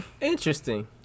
Interesting